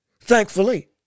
thankfully